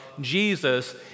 Jesus